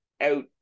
out